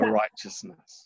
righteousness